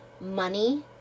money